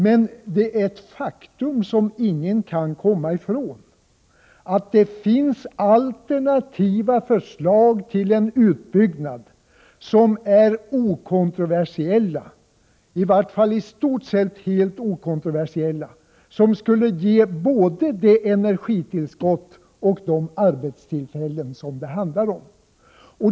Men det är ett faktum som ingen kan komma ifrån att det finns alternativa förslag till utbyggnad som är i stort sett okontroversiella och som skulle ge både det energitillskott och de arbetstillfällen som det handlar om.